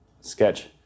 sketch